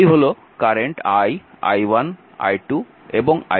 এই হল current i i1 i2 এবং i3